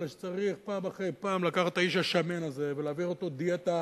אלא שצריך פעם אחרי פעם לקחת את האיש השמן הזה ולהעביר אותו דיאטה